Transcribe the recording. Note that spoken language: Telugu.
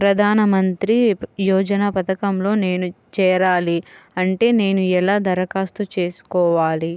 ప్రధాన మంత్రి యోజన పథకంలో నేను చేరాలి అంటే నేను ఎలా దరఖాస్తు చేసుకోవాలి?